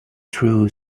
true